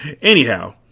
Anyhow